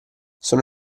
sono